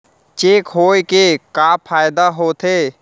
Cheque होए के का फाइदा होथे?